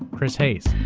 chris hayes.